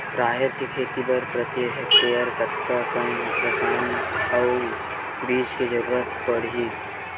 राहेर के खेती बर प्रति हेक्टेयर कतका कन रसायन अउ बीज के जरूरत पड़ही?